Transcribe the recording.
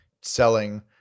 selling